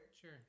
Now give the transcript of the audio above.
Sure